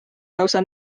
lausa